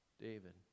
David